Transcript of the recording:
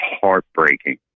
heartbreaking